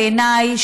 בעיניי,